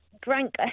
drank